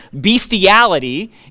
bestiality